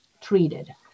treated